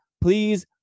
please